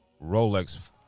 Rolex